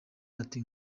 bati